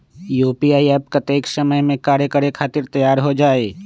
UPI app कतेइक समय मे कार्य करे खातीर तैयार हो जाई?